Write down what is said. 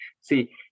see